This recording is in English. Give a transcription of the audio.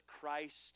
Christ